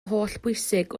hollbwysig